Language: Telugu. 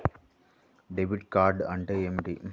డెబిట్ కార్డ్ అంటే ఏమిటి?